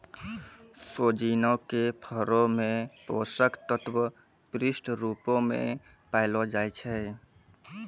सोजिना के फरो मे पोषक तत्व पुष्ट रुपो मे पायलो जाय छै